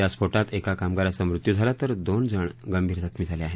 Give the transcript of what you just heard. या स्फोटात एका कामगाराचा मृत्यू झाला तर दोन जण गंभीर जखमी झाले आहेत